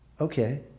Okay